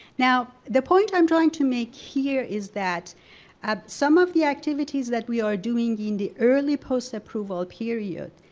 now, the point i'm trying to make here is that some of the activities that we are doing in the early post-approval period